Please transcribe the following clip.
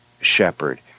shepherd